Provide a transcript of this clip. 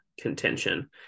contention